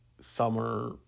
summer